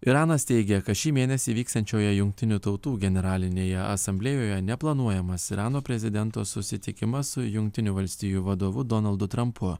iranas teigia kad šį mėnesį vyksiančioje jungtinių tautų generalinėje asamblėjoje neplanuojamas irano prezidento susitikimas su jungtinių valstijų vadovu donaldu trampu